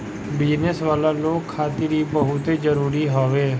business वाला लोग खातिर इ बहुते जरुरी हवे